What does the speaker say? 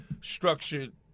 structured